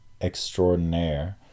extraordinaire